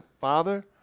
Father